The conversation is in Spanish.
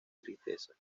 tristeza